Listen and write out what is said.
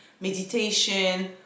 meditation